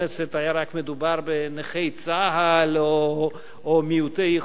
היה רק מדובר בנכי צה"ל או במעוטי יכולת,